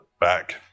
back